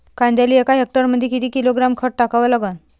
कांद्याले एका हेक्टरमंदी किती किलोग्रॅम खत टाकावं लागन?